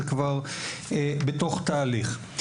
זה כבר בתוך תהליך.